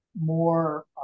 more